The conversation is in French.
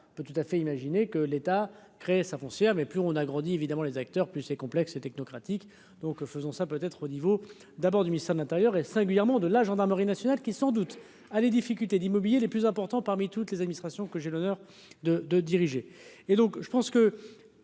peut tout à fait imaginer que l'État créer sa foncière mais plus on a agrandit évidemment les acteurs, plus c'est complexe et technocrates. Tic, donc faisons ça peut être au niveau d'abord du ministère de l'Intérieur et singulièrement de la gendarmerie nationale qui sans doute ah les difficultés d'immobilier les plus importants parmi toutes les administrations, que j'ai l'honneur de diriger